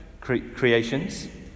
creations